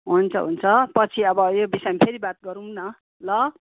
हुन्छ हुन्छ पछि अब यो विषयमा फेरि बात गरौँ न ल